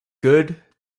good